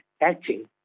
acting